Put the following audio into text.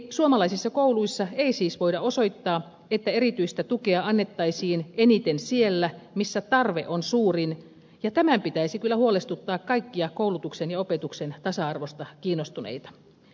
suomalaisissa kouluissa ei siis voida osoittaa että erityistä tukea annettaisiin eniten siellä missä tarve on suurin ja tämän pitäisi kyllä huolestuttaa kaikkia koulutuksen ja opetuksen tasa arvosta kiinnostuneita